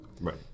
Right